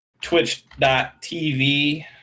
twitch.tv